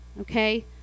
Okay